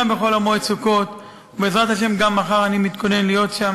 גם בחול-המועד סוכות, ואני מתכונן להיות שם